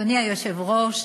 אדוני היושב-ראש,